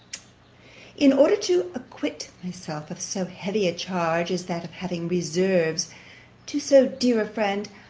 in order to acquit myself of so heavy a charge as that of having reserves to so dear a friend,